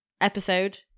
episode